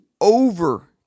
over